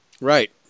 Right